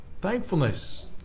Thankfulness